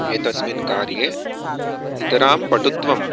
एतस्मिन् कार्ये नितरां पटुत्वं